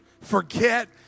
forget